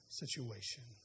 situation